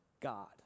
God